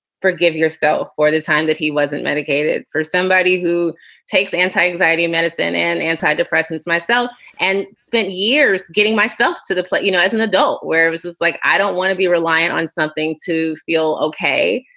forgive yourself for the time that he wasn't medicated. for somebody who takes antianxiety medicine and antidepressants myself and spent years getting myself to the plate, you know, as an adult where it was, it's like i don't want to be reliant on something to feel ok,